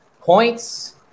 points